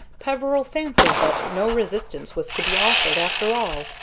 peveril fancied that no resistance was to be offered, after all,